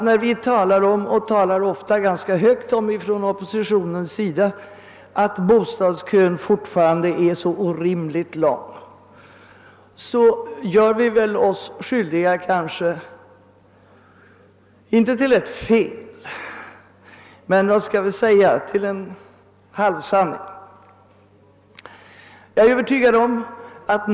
När vi från oppositionens sida ofta och ganska högt talar om bostadskön och säger att den fortfarande är så orimligt lång, så gör vi oss väl inte direkt skyldiga till ett fel, men jag är övertygad om att det vi säger är en halvsanning.